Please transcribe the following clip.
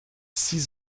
six